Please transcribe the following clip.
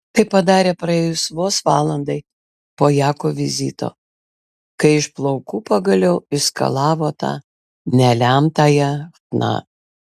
tai padarė praėjus vos valandai po jako vizito kai iš plaukų pagaliau išskalavo tą nelemtąją chna